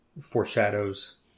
foreshadows